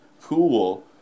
cool